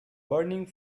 burning